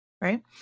right